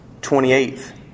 28th